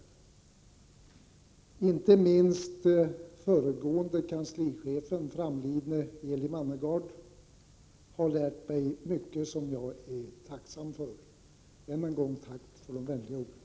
Inte minst utskottets föregående kanslichef, framlidne Eli Mannegard, har lärt mig mycket som jag är tacksam för. Jag tackar än en gång för de vänliga orden.